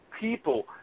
people